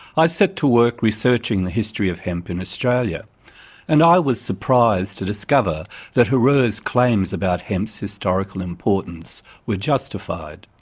i set to work researching the history of hemp in australia and i was surprised to discover that herer's claims about hemp's historical importance were justified.